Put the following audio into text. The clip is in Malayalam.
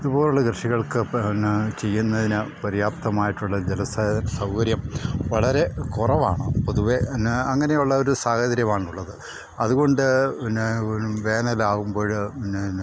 ഇതുപോലുള്ള കൃഷികൾക്ക് പിന്നെ ചെയ്യുന്നതിന് പര്യാപ്തമായിട്ടുള്ള ജലസേചന സൗകര്യം വളരെ കുറവാണ് പൊതുവേ പിന്നെ അങ്ങനെയുള്ള ഒരു സാഹചര്യമാണുള്ളത് അതുകൊണ്ട് പിന്നെ വേനലാകുമ്പോഴ് പിന്നെ